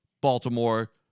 Baltimore